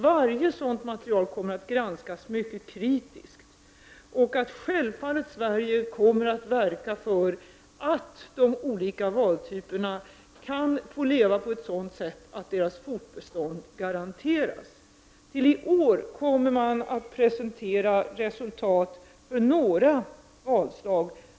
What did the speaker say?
Varje material kommer emellertid att granskas mycket kritiskt. Självfallet kommer Sverige att verka för att de olika valarterna får leva på ett sådant sätt att deras fortbestånd garanteras. I år kommer man att presentera resultatet när det gäller några valslag.